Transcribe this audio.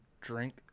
drink